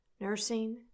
nursing